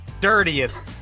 dirtiest